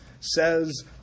says